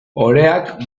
oreak